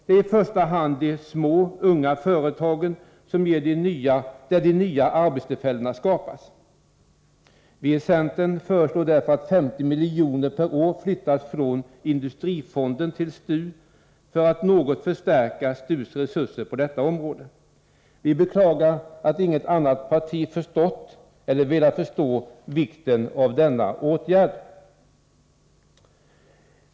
Det är i första hand i de små unga företagen som de nya arbetstillfällena skapas. Vi i centern föreslår därför att 50 miljoner per år flyttas från industrifonden till STU för att något förstärka STU:s resurser på detta område. Vi beklagar att inget annat parti förstått eller velat förstå vikten av denna åtgärd.